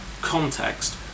context